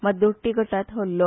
मात दोट्टी गटात हरलो